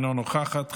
אינה נוכחת,